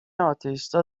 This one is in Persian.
آتئیستا